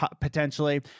potentially